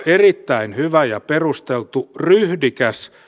erittäin hyvä ja perusteltu ryhdikäs